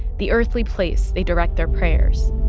the earthly place they direct their prayers